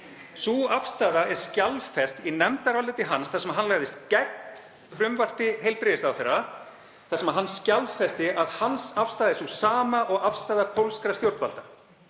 Sú afstaða er skjalfest í nefndaráliti hans þar sem hann lagðist gegn frumvarpi heilbrigðisráðherra, þar sem hann skjalfesti að afstaða hans er sú sama og afstaða pólskra stjórnvalda.